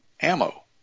ammo